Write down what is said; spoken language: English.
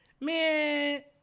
man